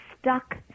stuck